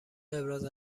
ابراز